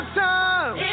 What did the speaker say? time